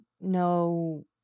no